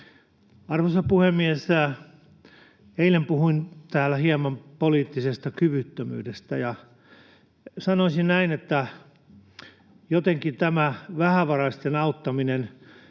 Arvoisa puhemies! Eilen puhuin täällä hieman poliittisesta kyvyttömyydestä, ja sanoisin näin, että jotenkin tämä vähävaraisten auttaminen